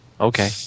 okay